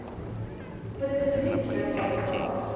what is the news, grandfather frog?